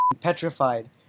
petrified